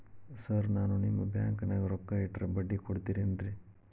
Sir ನಾನು ನಿಮ್ಮ ಬ್ಯಾಂಕನಾಗ ರೊಕ್ಕ ಇಟ್ಟರ ಬಡ್ಡಿ ಕೊಡತೇರೇನ್ರಿ?